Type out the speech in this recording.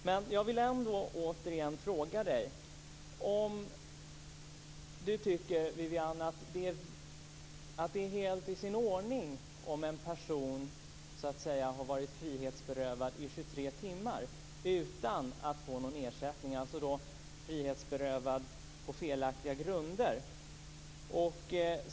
Men jag vill ändå återigen fråga om Viviann Gerdin tycker att det är helt i sin ordning om en person som har varit frihetsberövad på felaktiga grunder under 23 timmar inte får någon ersättning.